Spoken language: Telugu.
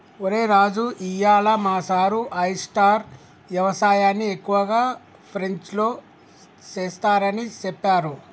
ఒరై రాజు ఇయ్యాల మా సారు ఆయిస్టార్ యవసాయన్ని ఎక్కువగా ఫ్రెంచ్లో సెస్తారని సెప్పారు